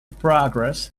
progress